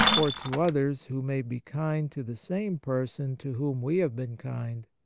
or to others who may be kind to the same person to whom we have been kind.